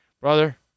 Brother